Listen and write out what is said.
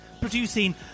producing